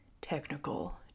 technical